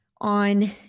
On